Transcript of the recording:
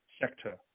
sector